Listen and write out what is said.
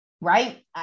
right